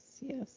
yes